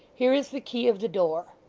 here is the key of the door.